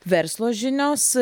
verslo žinios